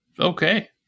Okay